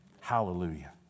Hallelujah